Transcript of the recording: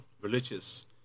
religious